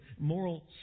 moral